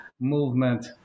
movement